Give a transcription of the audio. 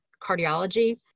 cardiology